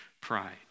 pride